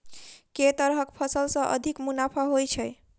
केँ तरहक फसल सऽ अधिक मुनाफा होइ छै?